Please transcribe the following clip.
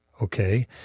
okay